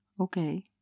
Okay